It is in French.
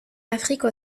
afrique